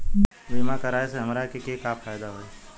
बीमा कराए से हमरा के का फायदा होई?